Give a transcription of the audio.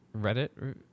Reddit